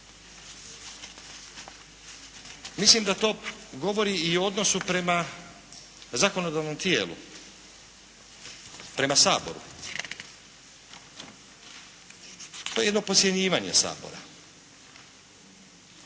Mislim da govori i o odnosu prema zakonodavnom tijelu, prema Saboru. To je jedno podcjenjivanje Sabora